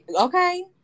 Okay